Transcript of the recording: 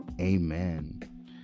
amen